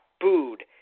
booed